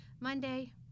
Monday